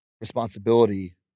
responsibility